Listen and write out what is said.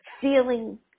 Feeling